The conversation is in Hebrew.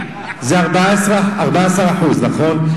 זה 14%, נכון?